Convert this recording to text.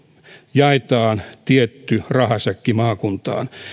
jaetaan tietty rahasäkki maakuntaan